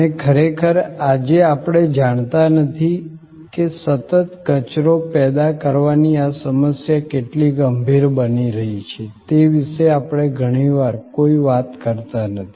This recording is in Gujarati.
અને ખરેખર આજે આપણે જાણતા નથી કે સતત કચરો પેદા કરવાની આ સમસ્યા કેટલી ગંભીર બની રહી છે તે વિશે આપણે ઘણીવાર કોઈ વાત કરતા નથી